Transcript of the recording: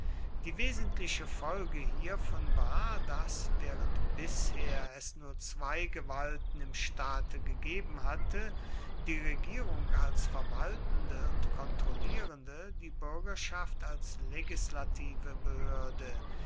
die wesentliche folge hiervon war daß während bisher es nur zwei gewalten im staate gegeben hatte die regierung als verwaltende und kontrollierende die bürgerschaft als legislative behörde